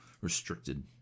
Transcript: restricted